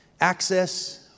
Access